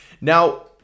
Now